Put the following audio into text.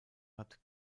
hat